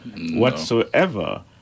whatsoever